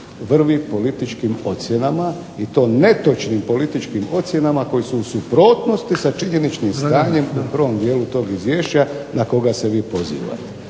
vrvi političkim ocjenama i to netočnim političkim ocjenama koje su u suprotnosti sa činjeničnim stanjem u prvom dijelu tog izvješća na koga se vi pozivate.